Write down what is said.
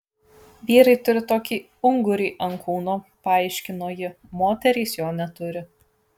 vyrai turi tokį ungurį ant kūno paaiškino ji moterys jo neturi